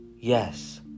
Yes